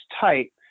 tight